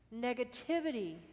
negativity